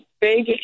Big